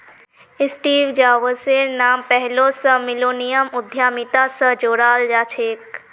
Steve जॉब्सेर नाम पैहलौं स मिलेनियम उद्यमिता स जोड़ाल जाछेक